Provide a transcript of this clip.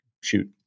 shoot